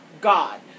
God